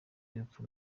y’urupfu